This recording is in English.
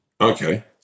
Okay